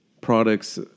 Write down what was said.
products